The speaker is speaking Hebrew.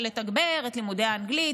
לתגבר את לימודי האנגלית,